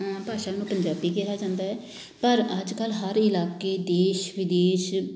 ਭਾਸ਼ਾ ਨੂੰ ਪੰਜਾਬੀ ਕਿਹਾ ਜਾਂਦਾ ਹੈ ਪਰ ਅੱਜ ਕੱਲ੍ਹ ਹਰ ਇਲਾਕੇ ਦੇਸ਼ ਵਿਦੇਸ਼